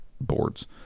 boards